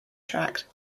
track